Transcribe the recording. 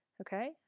okay